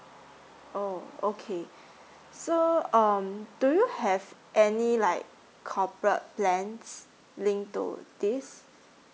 oh okay so um do you have any like corporate plans link to this